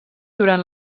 durant